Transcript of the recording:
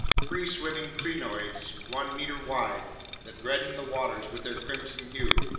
free-swimming crinoids one meter wide that reddened the waters with their crimson hue,